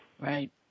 Right